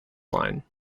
line